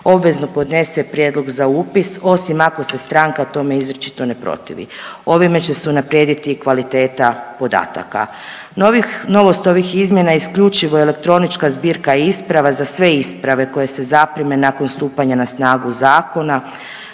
obvezno podnese prijedlog za upis osim ako se stranka tome izričito ne protive. Ovime će se unaprijediti i kvaliteta podataka. Novost ovih izmjena je isključivo elektronička zbirka isprava za sve isprave koje se zaprime nakon stupanja na snagu zakona